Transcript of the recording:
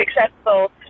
successful